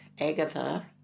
Agatha